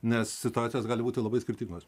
nes situacijos gali būti labai skirtingos